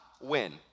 win